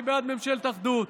אני בעד ממשלת אחדות.